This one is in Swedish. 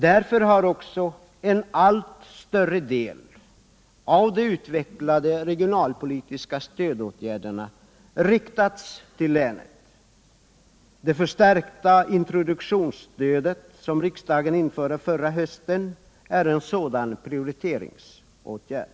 Därför har också en allt större del av de utvecklade regionalpolitiska stödåtgärderna riktats till länet. Det förstärkta introduktionsstödet, som riksdagen införde förra hösten, är en sådan prioriteringsåtgärd.